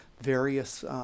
various